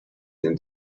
than